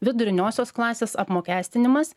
viduriniosios klasės apmokestinimas